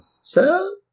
sir